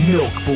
Milk